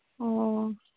ᱚᱻ